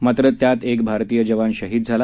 मात्र त्यात एक भारतीय जवान शहीद झाला